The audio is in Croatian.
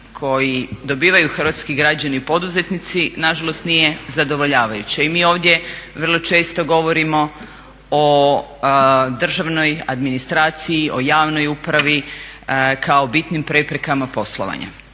koji dobivaju hrvatski građani i poduzetnici nažalost nije zadovoljavajuće i mi ovdje vrlo često govorimo o državnoj administraciji, o javnoj upravi kao bitnim preprekama poslovanja